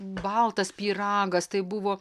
baltas pyragas tai buvo